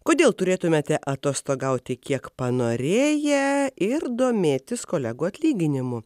kodėl turėtumėte atostogauti kiek panorėję ir domėtis kolegų atlyginimu